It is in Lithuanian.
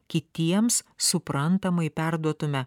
kitiems suprantamai perduotume